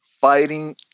fighting